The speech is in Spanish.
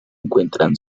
encuentran